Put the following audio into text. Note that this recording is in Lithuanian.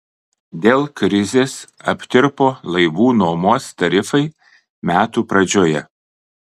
dėl krizės aptirpo laivų nuomos tarifai metų pradžioje